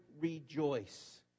rejoice